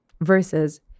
versus